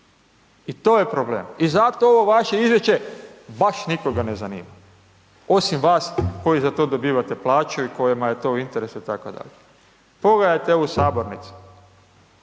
i to je problem. I zato ovo vaše izvješće baš nikoga ne zanima, osim vas koji za to dobivate plaću i kojima je to u interesu itd. Pogledajte ovu sabornicu,